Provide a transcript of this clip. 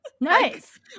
Nice